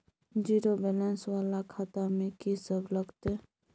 Zero balance वाला खाता में की सब लगतै?